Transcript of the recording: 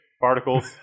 particles